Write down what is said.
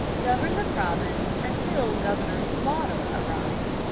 governed the province until governor sloughter arrived.